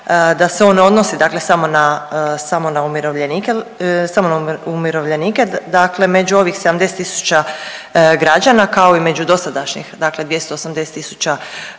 da se on ne odnosi dakle samo na umirovljenike. Dakle, među ovih 70000 građana kao i među dosadašnjih,